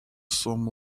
some